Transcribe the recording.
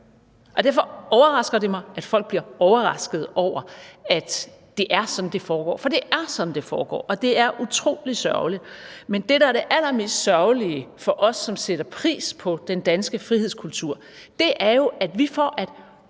Derfor overrasker det mig, at folk bliver overraskede over, at det er sådan, det foregår, for det er sådan, det foregår, og det er utrolig sørgeligt. Det, der er det allermest sørgelige for os, som sætter pris på den danske frihedskultur, er jo, at vi for at